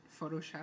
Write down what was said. Photoshop